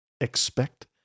Expect